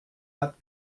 hat